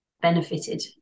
benefited